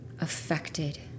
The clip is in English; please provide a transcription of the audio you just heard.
affected